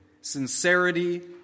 sincerity